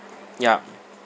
yup